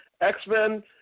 X-Men